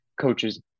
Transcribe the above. coaches